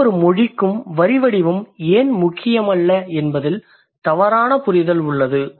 எந்தவொரு மொழிக்கும் வரிவடிவம் ஏன் முக்கியம் முக்கியமல்ல என்பதில் தவறான புரிதல் உள்ளது